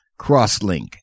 Crosslink